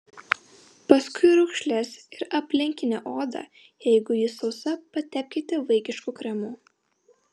paskui raukšles ir aplinkinę odą jeigu ji sausa patepkite vaikišku kremu